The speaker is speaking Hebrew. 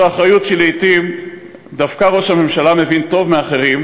זו אחריות שלעתים דווקא ראש הממשלה מבין טוב מאחרים,